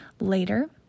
later